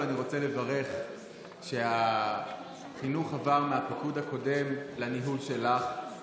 אני רוצה לברך על כך שהחינוך עבר מהפקוד הקודם לניהול שלך.